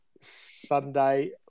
Sunday